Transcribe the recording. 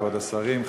כבוד השרים,